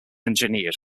engineered